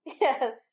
Yes